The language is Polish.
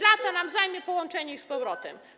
Lata nam zajmie połączenie ich z powrotem.